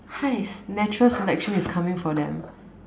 !hais! natural selection is coming for them